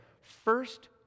First